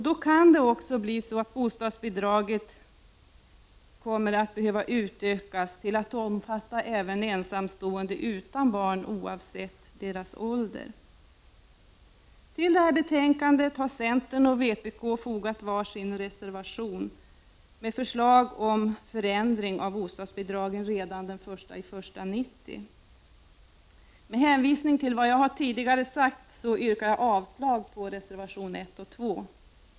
Då kan det också bli nödvändigt att utvidga bostadsbidragen till att omfatta även ensamstående utan barn och oavsett ålder. Till detta betänkande har centern och vpk fogat var sin reservation med förslag om ändring av bostadsbidragen redan den första 1 januari 1990. Med hänvisning till vad jag här sagt yrkar jag avslag på reservationerna 1 och 2.